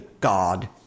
God